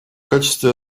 качестве